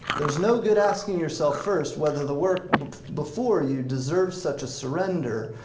there's no good asking yourself first whether the work before you deserve such a surrender,